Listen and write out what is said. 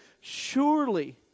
surely